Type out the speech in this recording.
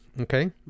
Okay